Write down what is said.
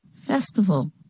Festival